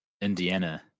Indiana